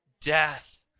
Death